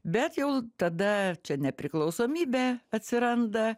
bet jau tada čia nepriklausomybė atsiranda